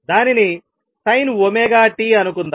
దానిని sin t అనుకుందాం